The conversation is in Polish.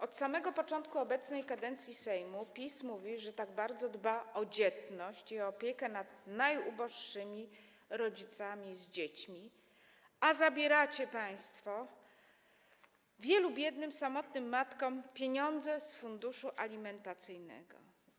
Od samego początku obecnej kadencji Sejmu PiS mówi, że tak bardzo dba o dzietność i opiekę nad najuboższymi rodzicami z dziećmi, a zabieracie państwo wielu biednym, samotnym matkom pieniądze z funduszu alimentacyjnego.